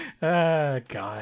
God